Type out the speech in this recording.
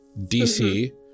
DC